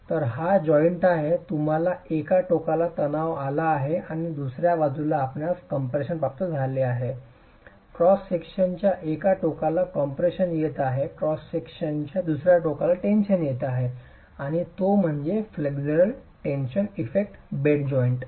तर हा जॉइंट आहे तुम्हाला एका टोकाला तणाव आला आहे आणि दुसर्या बाजूला आपणास कंप्रेशन प्राप्त झाले आहे क्रॉस सेक्शनच्या एका टोकाला कॉम्प्रेशन येत आहे क्रॉस सेक्शनच्या दुसर्या टोकाला टेन्शन येत आहे आणि तो म्हणजे flexural tension effect bed joint